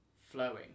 flowing